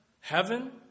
Heaven